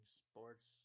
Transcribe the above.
sports